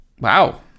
Wow